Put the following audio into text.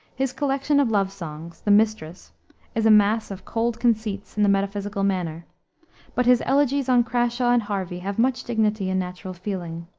his collection of love songs the mistress is a mass of cold conceits, in the metaphysical manner but his elegies on crashaw and harvey have much dignity and natural feeling.